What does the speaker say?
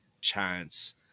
chance